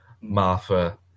Martha